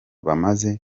bamaze